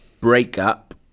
Breakup